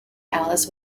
alice